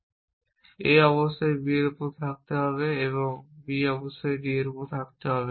A অবশ্যই B এর উপর থাকতে হবে এবং B অবশ্যই D এর উপর থাকতে হবে